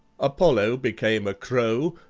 apollo became a crow,